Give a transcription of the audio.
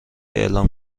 اعلام